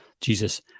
Jesus